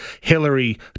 Hillary